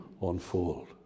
unfold